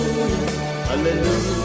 Hallelujah